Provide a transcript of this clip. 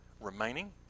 remaining